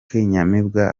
kanyamibwa